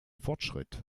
fortschritt